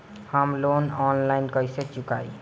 हम loan online कइसे चुकाई?